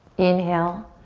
inhale.